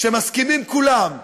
שמסכימים כולם,